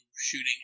shooting